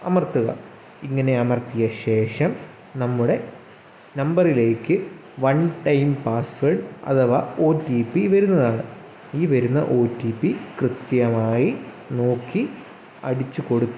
അമർത്തുക ഇങ്ങനെ അമർത്തിയ ശേഷം നമ്മുടെ നമ്പറിലേക്ക് വൺ ടൈം പാസ്വേർഡ് അഥവാ ഒ ടി പി വരുന്നതാണ് ഈ വരുന്ന ഒ ടി പി കൃത്യമായി നോക്കി അടിച്ച് കൊടുത്ത്